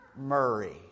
Murray